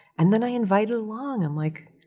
and then i invite it along. i'm like,